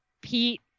Pete